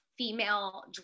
female